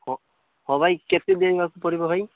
ହଁ ହଁ ଭାଇ କେତେ ପଡ଼ିବ ଭାଇ